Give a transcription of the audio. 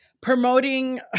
promoting